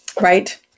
Right